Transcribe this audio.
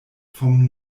vom